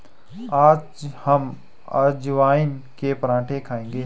आज हम अजवाइन के पराठे खाएंगे